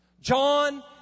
John